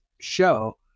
show